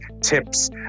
tips